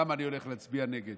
למה אני הולך להצביע נגד